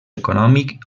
econòmic